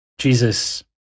Jesus